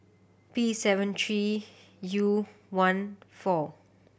P seven three U one four